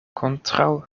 kontraŭ